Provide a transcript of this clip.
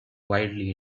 wildly